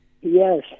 Yes